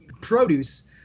produce